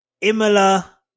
Imola